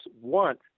want